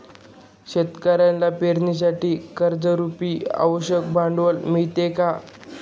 शेतकऱ्यांना पेरणीसाठी कर्जरुपी आवश्यक भांडवल मिळते का?